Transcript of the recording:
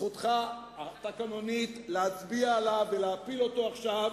זכותך התקנונית להצביע עליו ולהפיל אותו עכשיו,